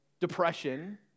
depression